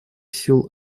сил